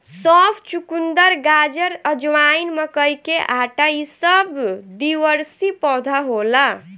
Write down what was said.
सौंफ, चुकंदर, गाजर, अजवाइन, मकई के आटा इ सब द्विवर्षी पौधा होला